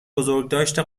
بزرگداشت